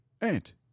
Ant